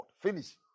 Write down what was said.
Finish